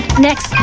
next,